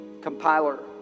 compiler